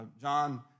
John